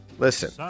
Listen